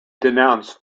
denounced